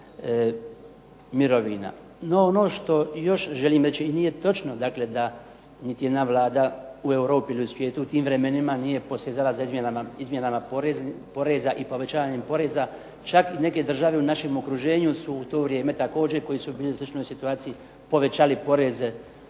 mirovina. No, ono što još želim reći i nije točno dakle da niti jedna Vlada u Europi ili u svijetu u tim vremenima nije posizala za izmjenama poreza i povećanjem poreza. Čak i neke države u našem okruženju su u to vrijeme također koji su bili u sličnoj situaciji povećali poreze,